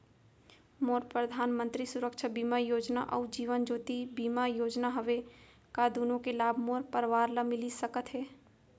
मोर परधानमंतरी सुरक्षा बीमा योजना अऊ जीवन ज्योति बीमा योजना हवे, का दूनो के लाभ मोर परवार ल मिलिस सकत हे?